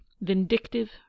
vindictive